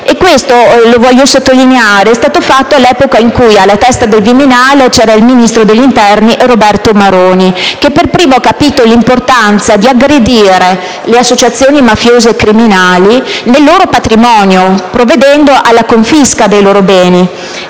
Questo - lo voglio sottolineare - è stato fatto all'epoca in cui alla testa del Viminale c'era il ministro dell'interno Roberto Maroni, che per primo ha capito l'importanza di aggredire le associazioni mafiose e criminali nel loro patrimonio provvedendo alla confisca dei loro beni.